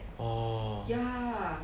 orh